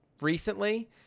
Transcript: recently